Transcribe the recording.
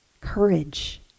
courage